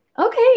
Okay